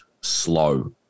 slow